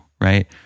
right